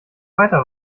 weiter